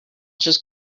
just